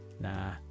nah